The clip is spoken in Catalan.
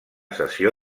sessió